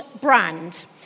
brand